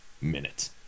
minute